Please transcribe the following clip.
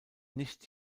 nicht